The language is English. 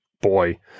boy